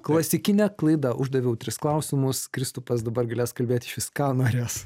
klasikinė klaida uždaviau tris klausimus kristupas dabar galės kalbėt išvis ką norės